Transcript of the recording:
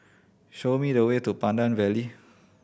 show me the way to Pandan Valley